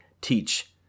teach